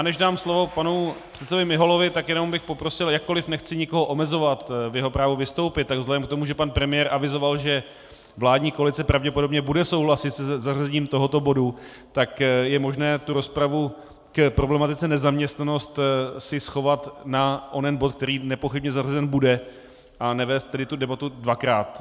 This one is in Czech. Než dám slovo panu předsedovi Miholovi, tak jenom bych poprosil, jakkoli nechci nikoho omezovat v jeho právu vystoupit, tak vzhledem k tomu, že pan premiér avizoval, že vládní koalice pravděpodobně bude souhlasit se zařazením tohoto bodu, tak je možné si rozpravu k problematice nezaměstnanost schovat na onen bod, který nepochybně zařazen bude, a nevést debatu dvakrát.